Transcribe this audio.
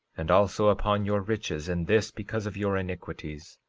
and also upon your riches, and this because of your iniquities.